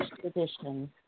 traditions